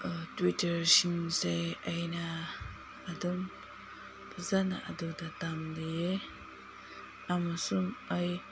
ꯇ꯭ꯋꯤꯠꯇꯔꯁꯤꯡꯁꯦ ꯑꯩꯅ ꯑꯗꯨꯝ ꯐꯖꯅ ꯑꯗꯨꯗ ꯇꯝꯂꯤꯌꯦ ꯇꯝꯃꯁꯨ ꯑꯩ